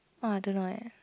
!wah! I don't know eh